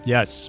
Yes